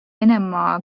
venemaa